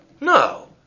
No